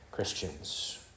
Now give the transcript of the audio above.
Christians